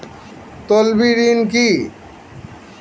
তলবি ঋণ কি?